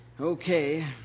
Okay